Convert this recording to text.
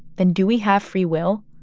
then do we have free will?